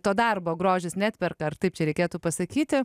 to darbo grožis neatperka ar taip čia reikėtų pasakyti